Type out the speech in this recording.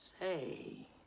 Say